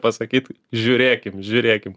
pasakyt žiūrėkim žiūrėkim